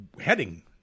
heading